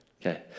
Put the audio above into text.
Okay